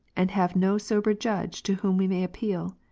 and have no sober judge to whom we may appeal.